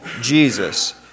Jesus